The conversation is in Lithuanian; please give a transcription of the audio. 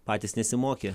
patys nesimokė